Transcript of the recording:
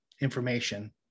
information